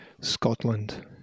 Scotland